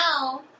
no